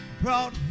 brought